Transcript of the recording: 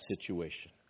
situation